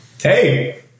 Hey